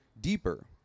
deeper